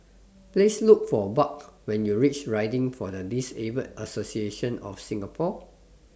Please Look For Buck when YOU REACH Riding For The Disabled Association of Singapore